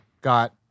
got